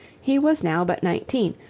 he was now but nineteen,